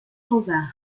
standards